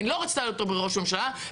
לא רצה אותו בראש הממשלה.